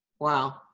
Wow